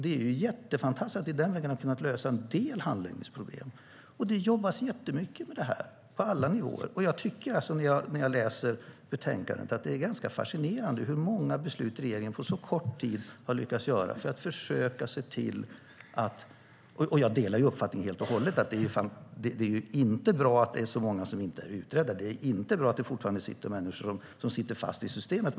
Det är fantastiskt att man den vägen kunnat lösa en del handläggningsproblem. Det jobbas jättemycket på detta på alla nivåer, och när jag läser betänkandet tycker jag att det är ganska fascinerande hur många beslut regeringen har lyckats ta på kort tid. Jag delar uppfattningen att det inte är bra att det är så många som inte är utredda. Det är inte bra att det finns människor som sitter fast i systemet.